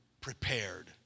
prepared